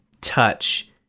touch